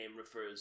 refers